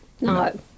No